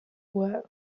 well